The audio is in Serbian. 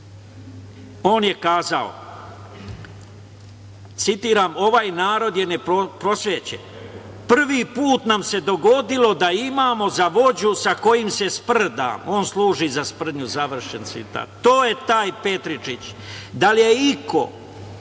On je kazao: „Ovaj narod je neprosvećen. Prvi put nam se dogodilo da imamo za vođu sa kojim se sprda, on služi za sprdnju“, završen citat. To je taj Petričić. Da li je iko